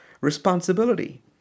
responsibility